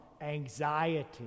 anxiety